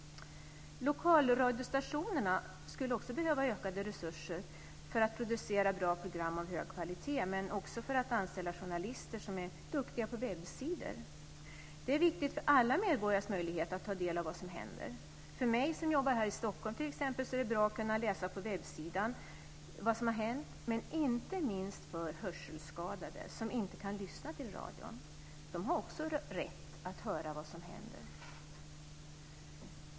Lokalradiostationerna skulle också behöva ökade resurser för att producera bra program av hög kvalitet men också för att anställa journalister som är duktiga på webbsidor. Det är viktigt för alla medborgares möjlighet att ta del av vad som händer. För mig som jobbar här i Stockholm, t.ex., är det bra att kunna läsa på webbsidan vad som har hänt, men det är inte minst bra för hörselskadade som inte kan lyssna till radion. De har också rätt att få veta vad som händer.